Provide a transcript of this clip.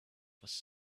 was